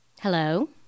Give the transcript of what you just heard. Hello